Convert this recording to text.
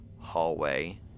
hallway